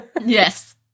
Yes